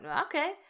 okay